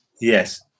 yes